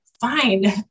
fine